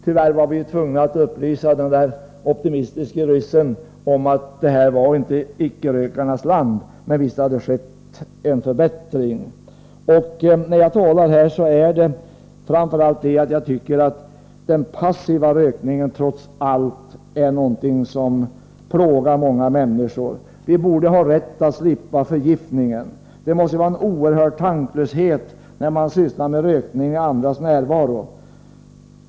Tyvärr var vi tvungna att upplysa den optimistiske ryssen om att detta inte var icke-rökarnas land. Men visst har det skett en förbättring. När jag talar här beror det framför allt på att den passiva rökningen trots allt är någonting som plågar många människor. Vi borde ha rätt att slippa förgiftningen. Det måste vara en oerhörd tanklöshet när man röker i andras närvaro.